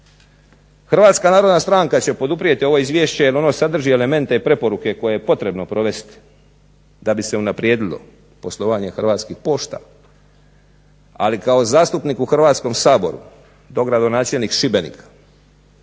Hrvatska narodna stranka će poduprijeti ovo izvješće jer ono sadrži elemente i preporuke koje je potrebno provesti da bi se unaprijedilo poslovanje Hrvatskih pošta, ali kao zastupnik u Hrvatskom saboru, dogradonačelnik Šibenika